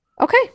Okay